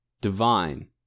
divine